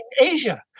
Asia